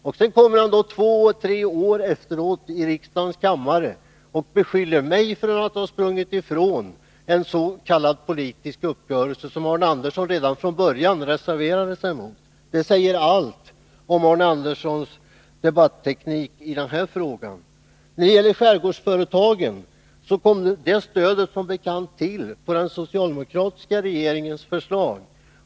Två tre år efteråt tar Arne Andersson upp detta i riksdagens kammare och beskyller mig för att ha sprungit ifrån det han kallar en politisk uppgörelse, som han själv redan från början reserverade sig emot. Det säger allt om Arne Anderssons debatteknik i den här frågan. När det gäller skärgårdsföretagen vill jag säga att det stödet som bekant kom till på den socialdemokratiska regeringens förslag.